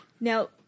Now –